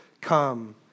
come